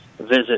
visit